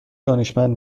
دانشمند